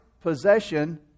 possession